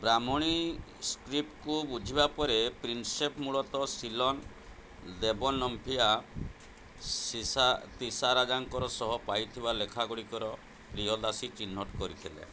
ବ୍ରାହ୍ମଣି ସ୍କ୍ରିପ୍ଟକୁ ବୁଝିବା ପରେ ପ୍ରିନସେସ୍ ମୂଳତଃ ସିଲୋନ୍ ଦେବନମ୍ପିଆ ସିସା ତିସାରାଜାଙ୍କ ସହ ପାଇଥିବା ଲେଖାଗୁଡ଼ିକର ପ୍ରିୟଦାସୀ ଚିହ୍ନଟ କରିଥିଲେ